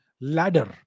ladder